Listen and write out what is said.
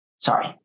Sorry